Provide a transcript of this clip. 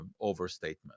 overstatement